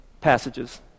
passages